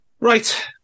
right